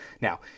Now